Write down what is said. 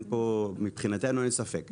מבחינתנו אין ספק.